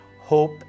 hope